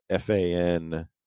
FAN